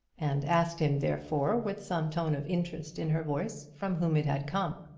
and asked him therefore, with some tone of interest in her voice, from whom it had come.